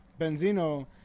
Benzino